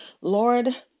Lord